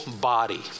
body